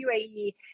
UAE